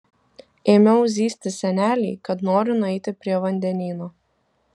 ėmiau zyzti senelei kad noriu nueiti prie vandenyno